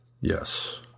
Yes